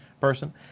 person